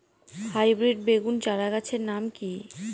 Hybrid বেগুন চারাগাছের নাম কি?